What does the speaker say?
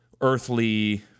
earthly